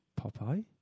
Popeye